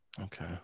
Okay